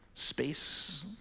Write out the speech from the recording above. space